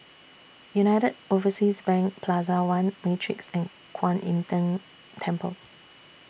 United Overseas Bank Plaza one Matrix and Kuan Im Tng Temple